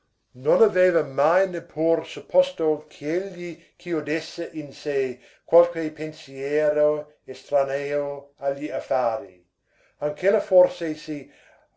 non aveva mai neppur supposto ch'egli chiudesse in sé qualche pensiero estraneo a gli affari anch'ella forse si